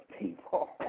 people